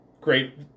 Great